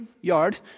yard